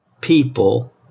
people